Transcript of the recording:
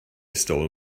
stole